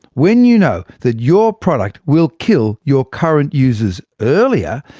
when you know that your product will kill your current users earlier,